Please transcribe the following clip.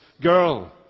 girl